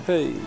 Hey